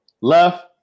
Left